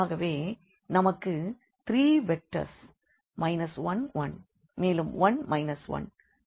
ஆகவே நமக்கு 3 வெக்டர்ஸ் 1 1 மேலும் 1 1 மற்றும் 2 3